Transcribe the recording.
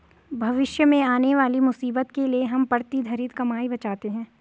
भविष्य में आने वाली मुसीबत के लिए हम प्रतिधरित कमाई बचाते हैं